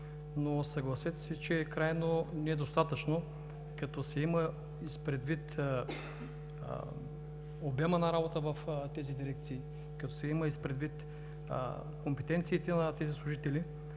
но, съгласете се, че е крайно недостатъчно като се има предвид обема на работа в тези дирекции, като се имат предвид компетенциите на тези служители.